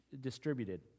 distributed